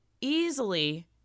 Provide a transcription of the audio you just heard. easily